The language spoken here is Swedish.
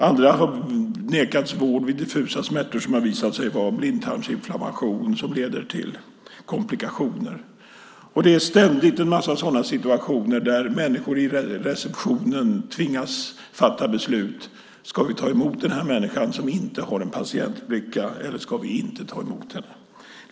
Andra har nekats vård vid diffusa smärtor som visat sig vara blindtarmsinflammation som leder till komplikationer. Det är ständigt en mängd sådana situationer där människor i receptionen tvingas fatta beslut: Ska vi ta emot den här människan som inte har en patientbricka, eller ska vi inte ta emot henne?